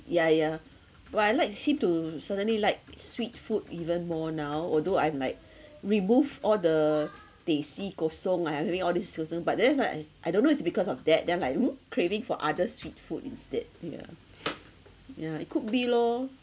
yeah yeah !wah! I like seem to suddenly like sweet food even more now although I'm like remove all the teh c kosong ah I'm I'm having all these also but then is like is I don't know it's because of that then I'm like mm craving for other sweet food instead yeah yeah it could be lor